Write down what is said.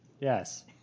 Yes